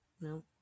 No